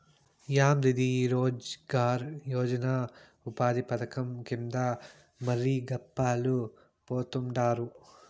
యాందిది ఈ రోజ్ గార్ యోజన ఉపాది చట్టం కింద మర్సి గప్పాలు పోతండారు